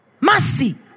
Mercy